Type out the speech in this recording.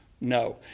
no